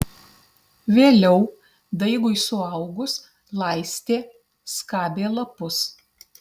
vėliau daigui suaugus laistė skabė lapus